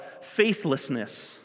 faithlessness